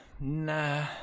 nah